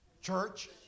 church